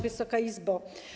Wysoka Izbo!